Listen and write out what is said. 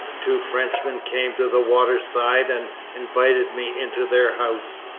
two frenchmen came to the water side and invited me into their house.